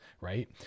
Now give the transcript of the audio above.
right